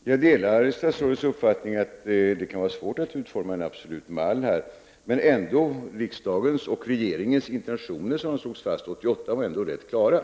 Herr talman! Jag delar statsrådets uppfattning att det kan vara svårt att utforma en absolut mall, men de intentioner som slogs fast av riksdagen och regeringen 1968 var ändå rätt klara.